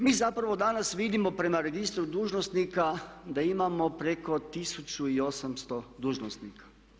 Mi zapravo danas vidimo prema registru dužnosnika da imamo preko 1800 dužnosnika.